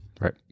Right